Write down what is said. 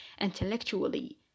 intellectually